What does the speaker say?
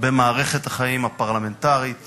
במערכת החיים הפרלמנטרית